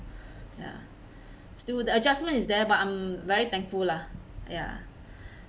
ya still the adjustment is there but I'm very thankful lah ya